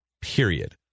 period